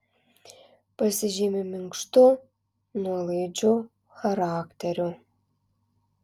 pasižymi minkštu nuolaidžiu charakteriu